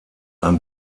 ein